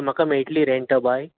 हां म्हाका मेळटली रेंटा बाय्क